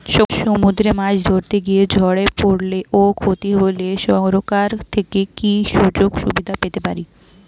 সমুদ্রে মাছ ধরতে গিয়ে ঝড়ে পরলে ও ক্ষতি হলে সরকার থেকে কি সুযোগ সুবিধা পেতে পারি?